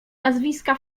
nazwiska